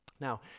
Now